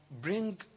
bring